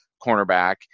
cornerback